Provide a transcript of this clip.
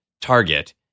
target